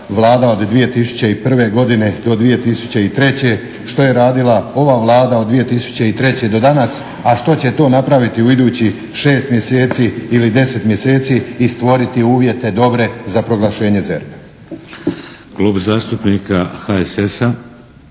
Klub zastupnika HSS-a,